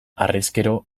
harrezkero